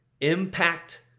IMPACT